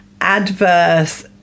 adverse